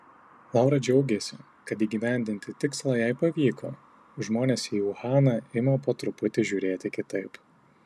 laura džiaugiasi kad įgyvendinti tikslą jai pavyko žmonės į uhaną ima po truputį žiūrėti kitaip